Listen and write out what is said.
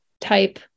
type